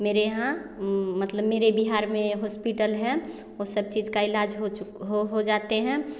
मेरे यहाँ मतलब मेरे बिहार में होस्पिटल हैं वो सब चीज़ का इलाज हो चु हो हो जाते हैं